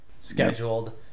scheduled